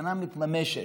סכנה מתממשת,